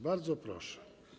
Bardzo proszę.